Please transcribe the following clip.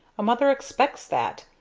a mother expects that.